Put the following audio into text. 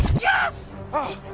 yes! oh,